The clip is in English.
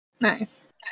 Nice